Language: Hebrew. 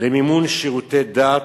למימון שירותי דת,